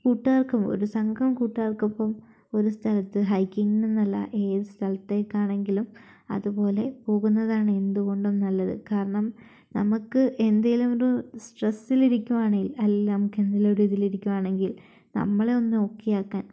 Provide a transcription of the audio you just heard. കൂട്ടുകാർക്കും ഒരു സംഘം കൂട്ടുകാർക്കൊപ്പം ഒരു സ്ഥലത്ത് ഹൈക്കിങ്ങിനെന്നല്ല ഏത് സ്ഥലത്തേയ്ക്കാണെങ്കിലും അതുപോലെ പോകുന്നതാണ് എന്തുകൊണ്ടും നല്ലത് കാരണം നമുക്ക് എന്തെങ്കിലുമൊരു സ്ട്രെസ്സിൽ ഇരിക്കുകയാണെങ്കിൽ അല്ല നമ്മൾക്ക് എന്തെങ്കിലും ഒരിതിലിരിക്കുകയാണെങ്കിൽ നമ്മളെ ഒന്ന് ഓക്കെയാക്കാൻ